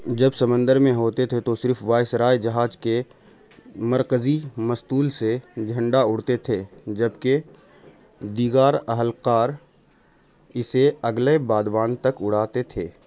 جب سمندر میں ہوتے تھے تو صرف وائسرائے جہاز کے مرکزی مستول سے جھنڈا اڑتے تھے جبکہ دیگر اہلکار اسے اگلے بادبان تک اڑاتے تھے